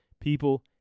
people